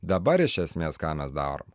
dabar iš esmės ką mes darom